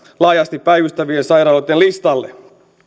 laajasti päivystävien sairaaloitten listalle